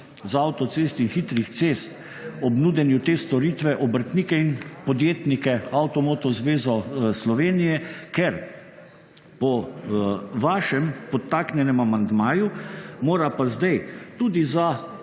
z avtocest in hitrih cest ob nudenju te storitve obrtnike in podjetnike, Avto-moto zvezo Slovenije, ker po vašem podtaknjenem amandmaju mora pa zdaj tudi za